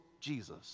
Jesus